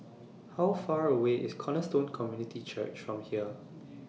How Far away IS Cornerstone Community Church from here